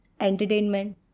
entertainment